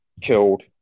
killed